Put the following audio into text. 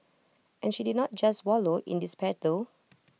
and she did not just wallow in despair though